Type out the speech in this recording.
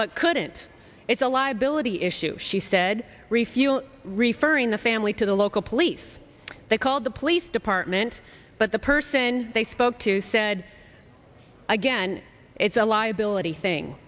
but couldn't it's a liability issue she said refuel referring the family to the local police they called the police department but the person they spoke to said again it's a liability thing